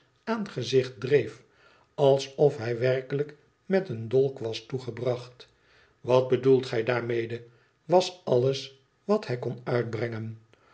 aangezicht dreef alsof hij werkelijk met een dolk was toegebracht wat bedoelt gij daarmede was alles wat hij kon uitbrengen